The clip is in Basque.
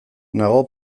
nago